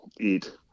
Eat